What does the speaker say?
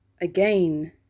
again